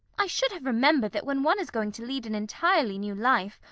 i should have remembered that when one is going to lead an entirely new life,